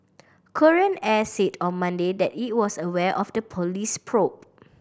Korean Air said on Monday that it was aware of the police probe